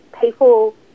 people